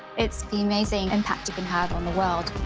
it's the amazing impact you can have on the world,